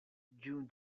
june